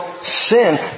Sin